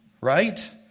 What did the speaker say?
Right